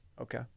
Okay